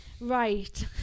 Right